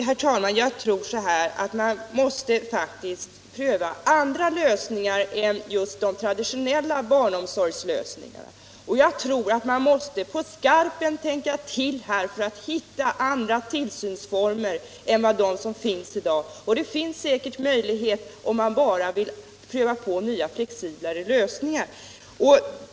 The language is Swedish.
Herr talman! Jag tror att man faktiskt måste pröva andra lösningar än de traditionella barnomsorgslösningarna. Man måste på skarpen tänka till för att hitta andra tillsynsformer än dem som finns i dag. Det finns säkert möjlighet om man bara vill pröva på nya, flexiblare lösningar.